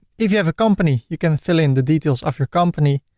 if you have a company, you can fill in the details of your company.